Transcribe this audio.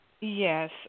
Yes